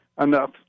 enough